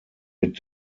mit